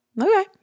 Okay